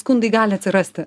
skundai gali atsirasti